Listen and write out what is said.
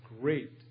great